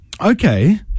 Okay